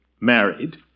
married